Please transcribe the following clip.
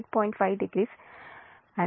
50 ampere అవుతుంది